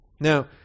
Now